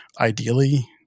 ideally